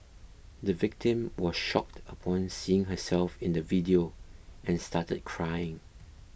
the victim was shocked upon seeing herself in the video and started crying